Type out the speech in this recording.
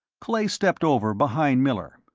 clay stepped over behind miller.